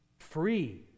free